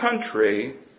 country